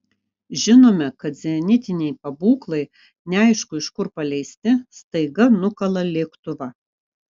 žinome kad zenitiniai pabūklai neaišku iš kur paleisti staiga nukala lėktuvą